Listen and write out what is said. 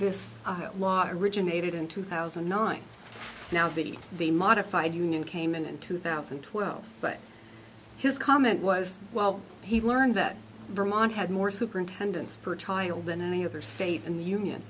this law originated in two thousand and nine now that the modified union came in in two thousand and twelve but his comment was well he learned that vermont had more superintendents per child than any other state in the union